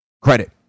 credit